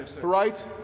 right